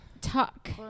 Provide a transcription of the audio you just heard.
Talk